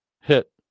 hit